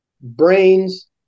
brains